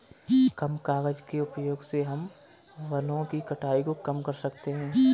कम कागज़ के उपयोग से हम वनो की कटाई को कम कर सकते है